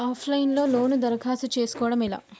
Of line లో loan దరఖాస్తు చేసుకోవడం ఎలా?